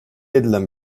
edilen